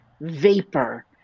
vapor